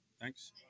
thanks